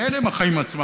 ואלה הם החיים עצמם,